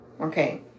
okay